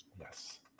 Yes